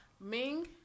Ming